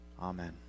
Amen